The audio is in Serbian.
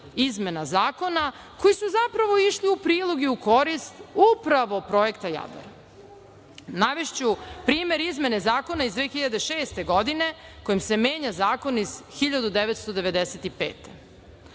izmena zakona koje su zapravo išli u prilog i u korist upravo projekta Jadar. Navešću primer izmene zakona iz 2006. godine kojim se menja zakon iz 1995.